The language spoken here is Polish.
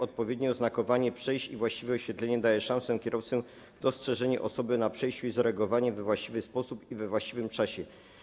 Odpowiednie oznakowanie przejść i właściwe oświetlenie dają szanse kierowcom na dostrzeżenie osoby na przejściu i zareagowanie we właściwy sposób i we właściwym czasie.